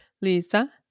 Lisa